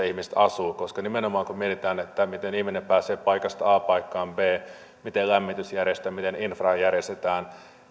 ihmiset asuvat koska nimenomaan kun mietitään miten ihminen pääsee paikasta a paikkaan b miten lämmitys järjestetään ja infra järjestetään